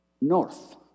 north